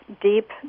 deep